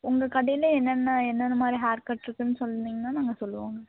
உங்கள் கடையில் என்னென்ன என்னென்ன மாதிரி ஹேர் கட் இருக்குதுன்னு சொன்னிங்கன்னால் நாங்கள் சொல்லுவோம்